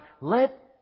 Let